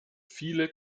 viele